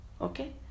Okay